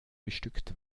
bestückt